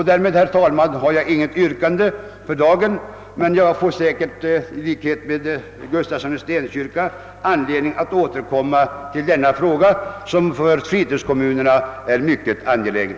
För dagen har jag inget yrkande, men i likhet med herr Gustafsson i Stenkyrka får jag säkert anledning att återkomma till denna fråga, vilken för fritidskommunerna är mycket angelägen.